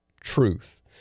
truth